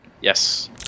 Yes